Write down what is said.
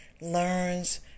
learns